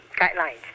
guidelines